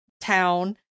town